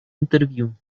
интервью